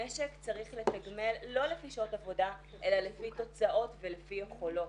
המשק צריך לתגמל לא לפי שעות עבודה אלא לפי תוצאות ולפי יכולות.